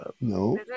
No